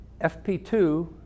FP2